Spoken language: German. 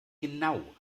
genau